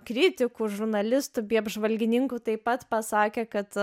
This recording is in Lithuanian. kritikų žurnalistų bei apžvalgininkų taip pat pasakė kad